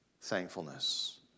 thankfulness